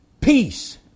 peace